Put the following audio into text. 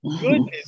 Goodness